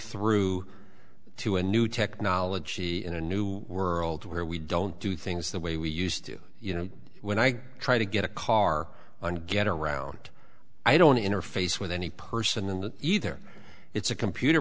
through to a new technology in a new world where we don't do things the way we used to do you know when i try to get a car and get around i don't interface with any person in that either it's a computer